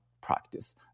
practice